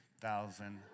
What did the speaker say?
thousand